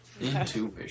Intuition